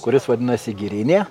kuris vadinasi girinė